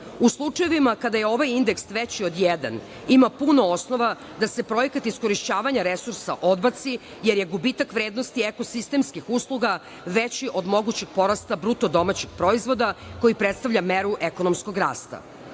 U slučajevima kada je ovaj indeks veći od jedan, ima puno osnova da se projekat iskorišćavanja resursa odbaci, jer je gubitak vrednosti ekosistemskih usluga veći od mogućeg porasta bruto domaćeg proizvoda, koji predstavlja meru ekonomskog rasta.